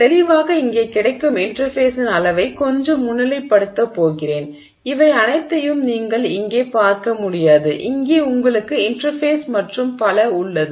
தெளிவாக இங்கே கிடைக்கும் இன்டெர்ஃபேஸின் அளவை கொஞ்சம் முன்னிலைப்படுத்தப் போகிறேன் இவை அனைத்தையும் நீங்கள் இங்கே பார்க்க முடியாது இங்கே உங்களுக்கு இன்டெர்ஃபேஸ் மற்றும் பல உள்ளது